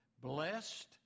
Blessed